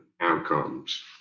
outcomes